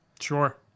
Sure